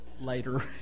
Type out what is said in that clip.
later